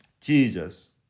Jesus